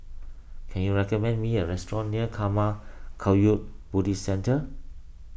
can you recommend me a restaurant near Karma Kagyud Buddhist Centre